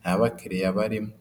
nta bakiriya barimo.